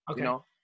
Okay